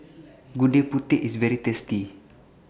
Gudeg Putih IS very tasty